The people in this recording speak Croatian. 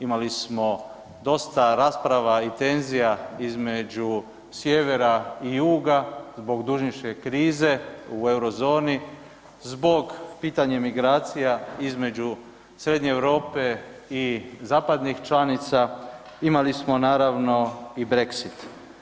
Imali smo dosta rasprava i tenzija između sjevera i juga, zbog dužničke krize, u Eurozoni, zbog pitanja migracija između Srednje Europe i zapadnih članica, imali smo naravno i Brexit.